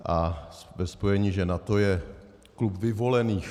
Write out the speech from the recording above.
A ve spojení, že NATO je klub vyvolených...